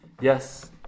Yes